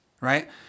right